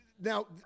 Now